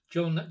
John